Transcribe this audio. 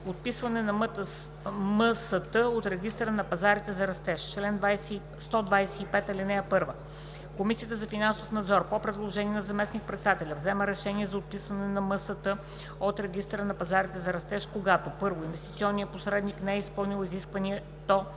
„Отписване на МСТ от Регистъра на пазарите за растеж Чл. 125. (1) Комисията за финансов надзор по предложение на заместник-председателя взема решение за отписване на МСТ от Регистъра на пазарите за растеж, когато: 1. инвестиционният посредник не е изпълнил изискването